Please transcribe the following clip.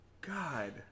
God